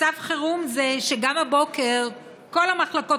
מצב חירום זה שגם הבוקר בכל המחלקות